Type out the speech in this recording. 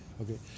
Okay